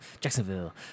Jacksonville